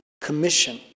commission